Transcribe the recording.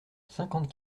cinquante